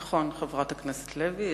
נכון, חברת הכנסת לוי.